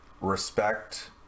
respect